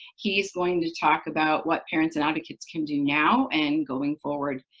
he is going to talk about what parents and advocates can do now and going forward.